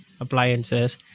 appliances